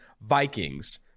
vikings